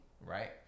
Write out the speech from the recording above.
right